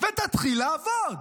ותתחיל לעבוד.